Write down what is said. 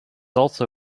also